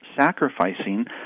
sacrificing